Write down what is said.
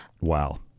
Wow